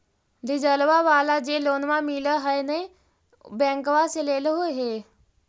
डिजलवा वाला जे लोनवा मिल है नै बैंकवा से लेलहो हे?